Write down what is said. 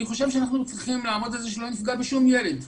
אני חושב שאנחנו צריכים לעמוד על זה שלא נפגע בשום ילד.